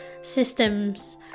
systems